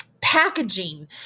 packaging